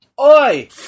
Oi